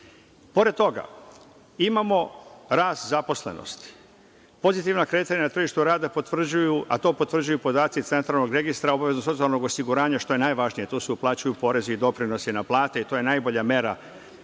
toga, imamo rast zaposlenosti. Pozitivna kretanja na tržištu rada to potvrđuju, potvrđuju podaci Centralnog registra obaveznog socijalnog osiguranja, što je najvažnije, jer tu se uplaćuju porezi i doprinosi na plate i to je najbolja mera. Prosečan